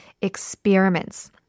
experiments